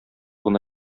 гына